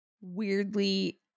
weirdly